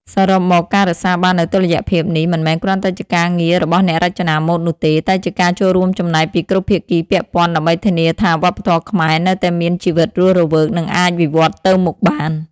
សរុបមក ការរក្សាបាននូវតុល្យភាពនេះ មិនមែនគ្រាន់តែជាការងាររបស់អ្នករចនាម៉ូដនោះទេ តែជាការចូលរួមចំណែកពីគ្រប់ភាគីពាក់ព័ន្ធដើម្បីធានាថាវប្បធម៌ខ្មែរនៅតែមានជីវិតរស់រវើក និងអាចវិវត្តទៅមុខបាន។